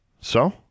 so